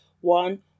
one